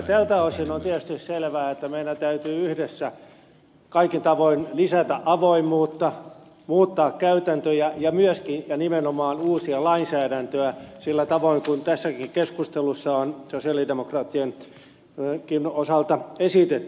tältä osin on tietysti selvää että meidän täytyy yhdessä kaikin tavoin lisätä avoimuutta muuttaa käytäntöjä ja myöskin ja nimenomaan uusia lainsäädäntöä sillä tavoin kuin tässäkin keskustelussa on sosialidemokraattienkin osalta esitetty